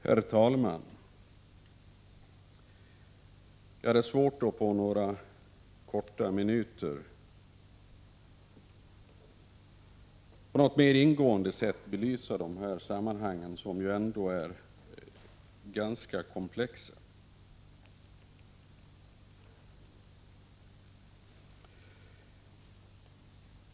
Herr talman! Det är svårt att under några korta minuter på ett mera ingående sätt belysa dessa sammanhang, som ändå är ganska komplexa.